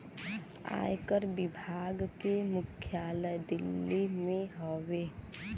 आयकर विभाग के मुख्यालय दिल्ली में हउवे